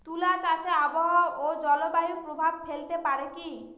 তুলা চাষে আবহাওয়া ও জলবায়ু প্রভাব ফেলতে পারে কি?